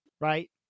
right